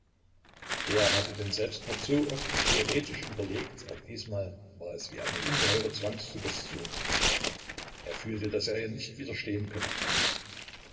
er hatte den selbstmord so oft theoretisch überlegt aber diesmal war es wie eine ungeheure zwangssuggestion er fühlte daß er ihr nicht widerstehen könne